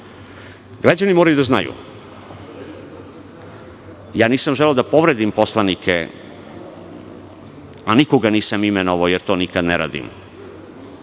ton. Građani moraju da znaju da nisam želeo da povredim poslanike, nikoga nisam imenovao, jer to nikada ne radim.